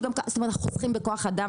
זאת אומרת אנחנו חוסכים בכוח אדם,